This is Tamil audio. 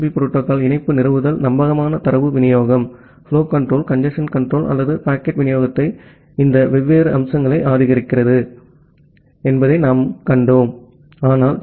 பி புரோட்டோகால் இணைப்பு நிறுவுதல் நம்பகமான தரவு விநியோகம் புலோ கன்ட்ரோல் கஞ்சேஸ்ன் கன்ட்ரோல் அல்லது பாக்கெட் விநியோகத்தை இந்த வெவ்வேறு அம்சங்களை ஆதரிக்கிறது என்பதை நாங்கள் கண்டோம் ஆனால் டி